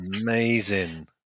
Amazing